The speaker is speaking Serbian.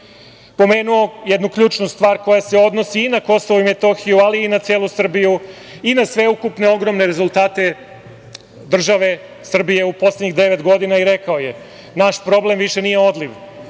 pomenuo jednu ključnu stvar koja se odnosi i na KiM, ali i na celu Srbiju i na sveukupne ogromne rezultate države Srbije u poslednjih devet godina i rekao je: "Naš problem više nije odliv,